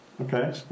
Okay